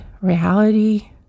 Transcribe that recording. reality